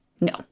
No